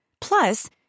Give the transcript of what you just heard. Plus